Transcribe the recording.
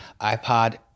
iPod